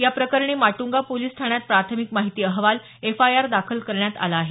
या प्रकरणी माटंगा पोलीस ठाण्यात प्राथमिक माहिती अहवाल एफआयआर दाखल करण्यात आला आहे